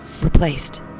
replaced